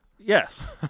Yes